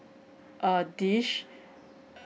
uh dish